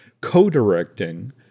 co-directing